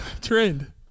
Trend